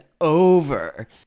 over